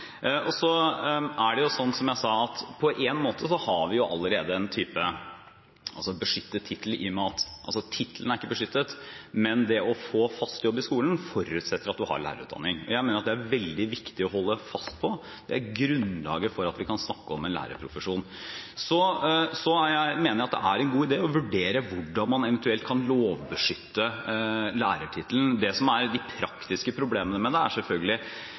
Som jeg sa: På en måte har vi jo allerede en beskyttet tittel. Tittelen er ikke beskyttet, men det å få fast jobb i skolen forutsetter at man har lærerutdanning. Det mener jeg det er veldig viktig å holde fast på. Det er grunnlaget for at vi kan snakke om en lærerprofesjon. Jeg mener at det er en god idé å vurdere hvordan man eventuelt kan lovbeskytte lærertittelen. Det som er de praktiske problemene med det, er selvfølgelig